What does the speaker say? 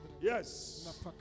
yes